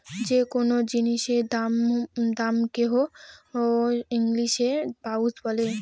যে কোনো জিনিসের দামকে হ ইংলিশে প্রাইস বলে